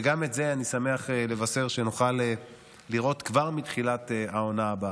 וגם את זה אני שמח לבשר שנוכל לראות כבר מתחילת העונה הבאה.